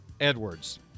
Edwards